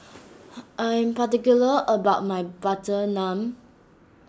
I am particular about my Butter Naan